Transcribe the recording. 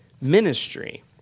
ministry